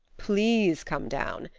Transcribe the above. please come down,